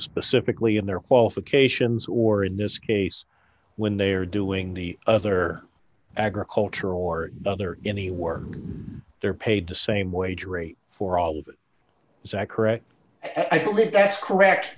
specifically in their qualifications or in this case when they are doing the other agricultural or other any work they're paid the same wage rate for all of it as i correct i believe that's correct